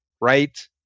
Right